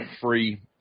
free